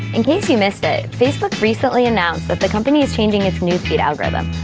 in case you missed it, facebook recently announced that the company is changing its newsfeed algorithm.